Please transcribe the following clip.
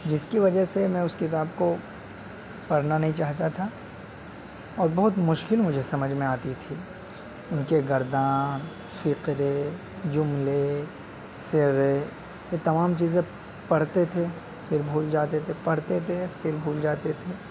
جس کی وجہ سے میں اس کتاب کو پڑھنا نہیں چاہتا تھا اور بہت مشکل مجھے سمجھ میں آتی تھی ان کے گردان فقرے جملے صیغے یہ تمام چیزیں پڑھتے تھے پھر بھول جاتے تھے پڑھتے تھے پھر بھول جاتے تھے